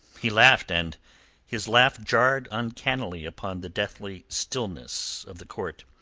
he laughed, and his laugh jarred uncannily upon the deathly stillness of the court.